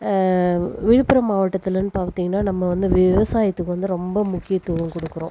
விழுப்புரம் மாவட்டத்துலேன்னு பார்த்தீங்கனா நம்ம வந்து விவசாயத்துக்கு வந்து ரொம்ப முக்கியத்துவம் கொடுக்குறோம்